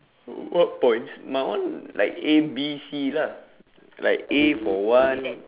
what points my one like A B C lah like A for one